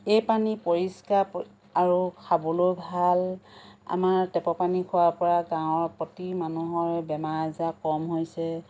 এই পানী পৰিষ্কাৰ আৰু খাবলৈও ভাল আমাৰ টেপৰ পানী খোৱাৰপৰা গাঁৱৰ প্ৰতি মানুহৰে বেমাৰ আজাৰ কম হৈছে